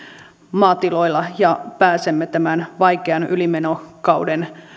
maatiloilla ja pääsemme tämän vaikean ylimenokauden